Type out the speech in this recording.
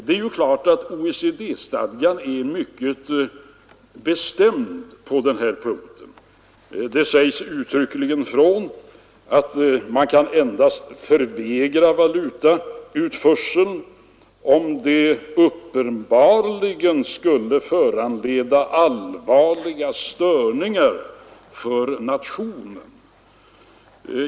OECD-stadgan är givetvis mycket bestämd på denna punkt. Det sägs uttryckligen att man kan förvägra valutautförsel endast om den uppenbarligen skulle föranleda allvarliga störningar för nationen.